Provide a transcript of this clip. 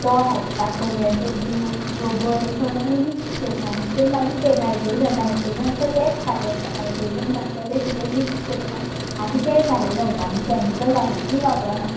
तो हाडटा कोंबयांचो गू गोबर हे सगळे मिक्स करता आनी तितून मागीर ते नायट्रोजन नायट्रोजन आसता तेच सारे आसता नायट्रोजन घालता ते सगळे मिक्स करता आनी ते सारे घालता आमी कॅमिकल डायरेक्टली वापरना